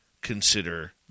consider